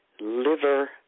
liver